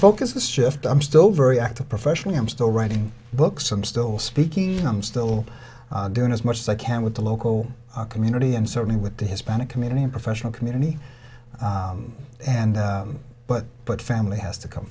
has shifted i'm still very active professionally i'm still writing books i'm still speaking i'm still doing as much as i can with the local community and certainly with the hispanic community and professional community and but but family has to come